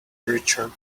richard